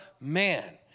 man